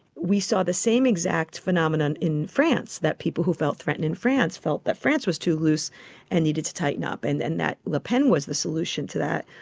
we saw the same exact a phenomenon in france, that people who felt threatened in france felt that france was to loose and needed to tighten up and and that le pen was the solution to that.